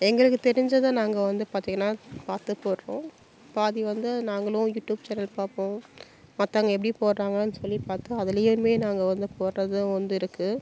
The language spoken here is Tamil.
எங்களுக்கு தெரிஞ்சதை நாங்கள் வந்து பார்த்தீங்கன்னா பார்த்து போடுறோம் பாதி வந்து நாங்களும் யூடியூப் சேனல் பார்ப்போம் மற்றவுங்க எப்படி போடுறாங்கன் சொல்லி பார்த்தோம் அதுலேயுமே நாங்கள் வந்து போடுறதும் வந்து இருக்குது